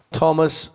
Thomas